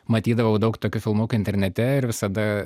matydavau daug tokių filmukų internete ir visada